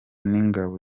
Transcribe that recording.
n’ingabo